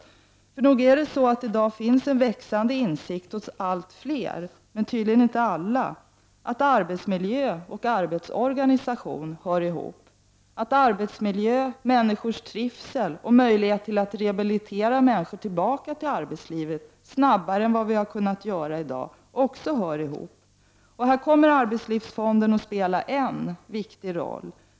Det är de ord som man bör använda. Nog finns det i dag en växande insikt bland allt fler människor, men tydligen inte hos alla, att arbetsmiljö och arbetsorganisation hör ihop, att arbetsmiljö, människors trivsel och möjligheten att rehabilitera människor så att de kan snabbare återgå till arbetslivet än i dag också hör samman. I detta sammanhang kommer arbetslivsfonden att spela en viktig roll.